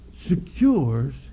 secures